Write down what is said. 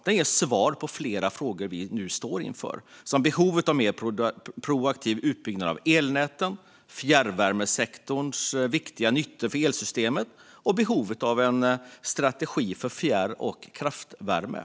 Den ger svar på flera av de frågor vi nu står inför, såsom behovet av en mer proaktiv utbyggnad av elnäten, fjärrvärmesektorns viktiga nyttor för elsystemet och behovet av en strategi för fjärr och kraftvärme.